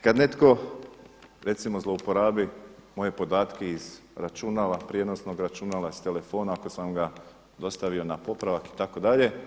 Kad netko recimo zlouporabi moje podatke iz računala prijenosnog računala, telefona ako sam ga dostavio na popravak itd.